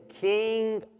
king